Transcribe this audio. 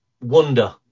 wonder